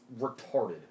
retarded